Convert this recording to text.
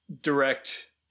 direct